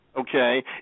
okay